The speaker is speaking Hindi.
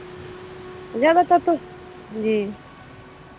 जब है तब तो जी